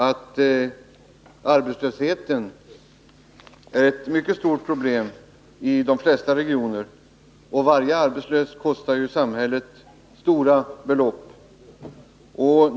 Arbetslösheten är ett mycket stort problem i de flesta regioner, och varje arbetslös kostar samhället stora belopp.